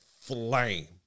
flame